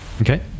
Okay